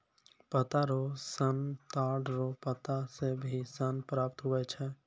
पत्ता रो सन ताड़ रो पत्ता से भी सन प्राप्त हुवै छै